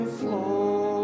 flow